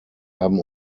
haben